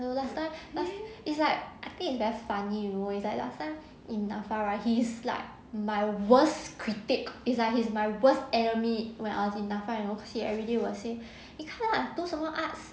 know last time last it's like I think it's very funny you know it's like last time in N_A_F_A right he's like my worst critic is like he is my worst enemy when I was in N_A_F_A you know and he everyday will say 你看 lah 读什么 arts